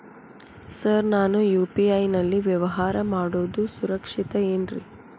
Sir ನಾನು UPI ನಲ್ಲಿ ವ್ಯವಹಾರ ಮಾಡೋದು ಸುರಕ್ಷಿತ ಏನ್ರಿ?